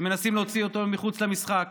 שמנסים להוציא אותו מחוץ למשחק,